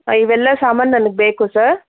ಇವೆಲ್ಲ ಸಾಮಾನು ನನಗೆ ಬೇಕು ಸರ್